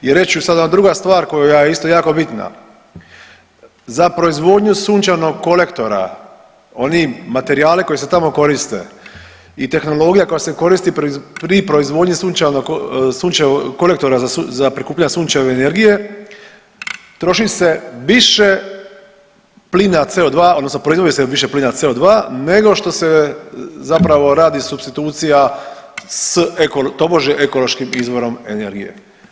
I reći ću sad jedna druga stvar koja je isto jako bitna, za proizvodnju sunčanog kolektora oni materijali koji se tamo koriste i tehnologija koja se koristi pri proizvodnji kolektora za prikupljanje sunčeve energije troši se više plina CO2 odnosno proizvodi se više plina CO2 nego što se zapravo radi supstitucija s tobože ekološkim izvorom energije.